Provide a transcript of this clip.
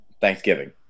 Thanksgiving